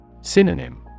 Synonym